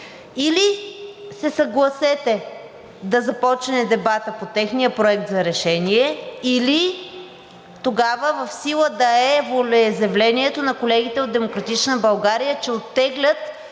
Или се съгласете да започне дебатът по техния проект за решение, или тогава в сила да е волеизявлението на колегите от „Демократична България“, че оттеглят